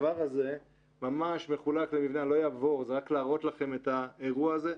אני לא אפרט, זה רק להראות לכם את האירוע הזה.